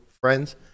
friends